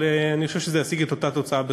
בסופו של יום זה ישיג את אותה התוצאה,